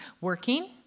working